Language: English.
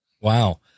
Wow